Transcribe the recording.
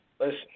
Listen